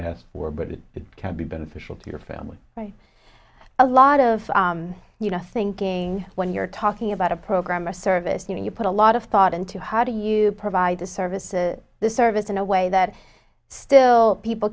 war but it can be beneficial to your family right a lot of you know thinking when you're talking about a program or a service you know you put a lot of thought into how do you provide the service of the service in a way that still people